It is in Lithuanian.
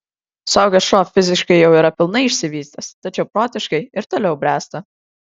suaugęs šuo fiziškai jau yra pilnai išsivystęs tačiau protiškai ir toliau bręsta